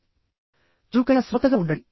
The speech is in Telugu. మంచి శ్రోత గా ఉండండిచురుకైన శ్రోతగా ఉండండి